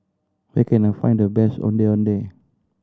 where can I find the best Ondeh Ondeh